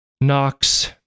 Knox